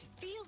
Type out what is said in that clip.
feel